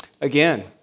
Again